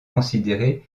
considéré